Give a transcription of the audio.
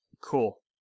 Cool